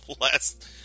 last